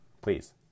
please